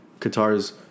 Qatar's